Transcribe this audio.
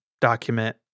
document